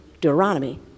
Deuteronomy